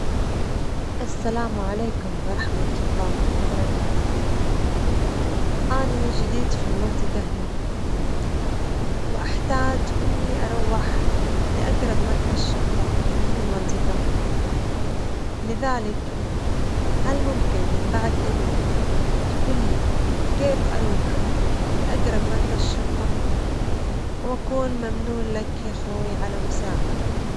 السلام عليكم ورحمة الله وبركاته، أني جديد في المنطجة هُنا وأحتاج إني أروح لأجرب مركز شرطة في المنطجة، لذلك هل ممكن من بعد إذنك تجول لي كيف أروح لأجرب مركز شرطة؟ وأكون ممنون لك يا أخوي على مساعدتك.